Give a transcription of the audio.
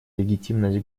легитимность